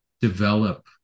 develop